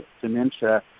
dementia